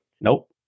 Nope